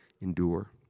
endure